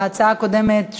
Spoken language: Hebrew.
ההצעה הקודמת,